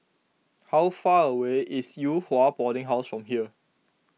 how far away is Yew Hua Boarding House from here